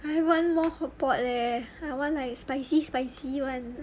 I want more hotpot leh I want like spicy spicy [one]